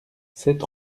sept